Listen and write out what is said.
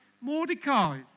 Mordecai